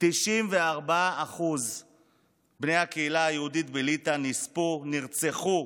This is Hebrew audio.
94% בני הקהילה היהודית בליטא נספו, נרצחו